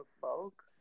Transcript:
folk